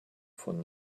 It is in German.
von